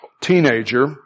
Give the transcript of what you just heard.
teenager